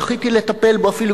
זכיתי לטפל בו אפילו,